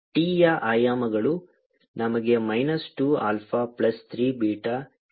α 3β2γδ 40 T ಯ ಆಯಾಮಗಳು ನಮಗೆ minus 2 alpha plus 3 beta equals minus 1 ಆಗಿದೆ